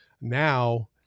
now